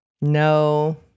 No